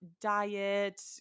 diet